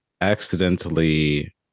accidentally